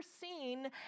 seen